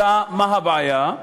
אלא מה הבעיה?